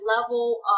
level